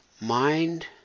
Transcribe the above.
mind